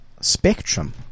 spectrum